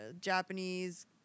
Japanese